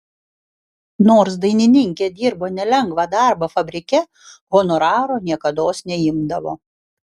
nors dainininkė dirbo nelengvą darbą fabrike honoraro niekados neimdavo